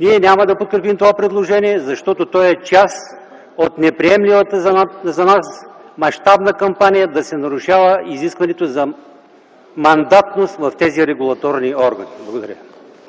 Ние няма да подкрепим това предложение, защото то е част от неприемливата за нас мащабна кампания да се нарушава изискването за мандатност в тези регулаторни органи. Благодаря.